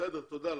תודה לך.